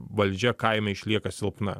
valdžia kaime išlieka silpna